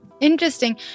Interesting